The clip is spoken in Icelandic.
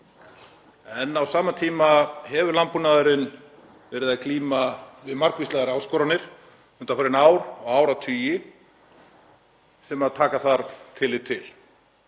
Á sama tíma hefur landbúnaðurinn verið að glíma við margvíslegar áskoranir undanfarin ár og áratugi sem taka þarf tillit til.